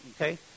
Okay